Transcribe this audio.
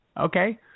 Okay